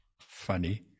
funny